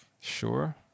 Sure